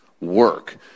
work